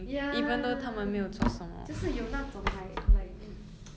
ya 就是有那种 like like